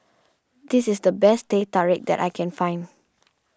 this is the best Teh Tarik that I can find